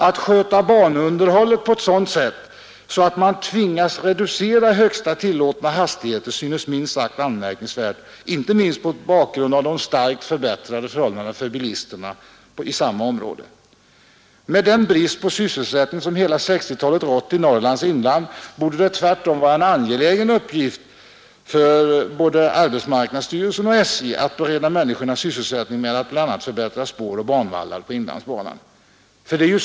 Att sköta banunderhållet på ett sådant sätt att man tvingas reducera högsta tillåtna hastigheter synes minst sagt anmärkningsvärt, inte minst mot bakgrund av de starkt förbättrade förhållandena för bilisterna i samma område. Med den brist på sysselsättning som hela 1960-talet har rått i Norrlands inland borde det tvärtom ha varit en angelägen uppgift för både arbetsmarknadsstyrelsen och SJ att bereda människor sysselsättning med att bl.a. förbättra spår och banvallar på inlandsbanan.